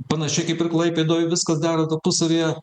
panašiai kaip ir klaipėdoj viskas dera tarpusavyje